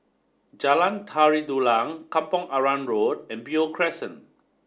Jalan Tari Dulang Kampong Arang Road and Beo Crescent